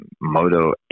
Moto